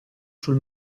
sul